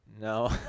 no